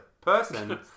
person